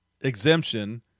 exemption